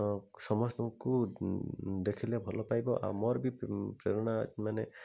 ଓ ସମସ୍ତଙ୍କୁ ଦେଖିଲେ ଭଲ ପାଇବ ଆଉ ମୋର ବି ପ୍ରେରଣା ମାନେ